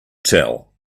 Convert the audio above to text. tell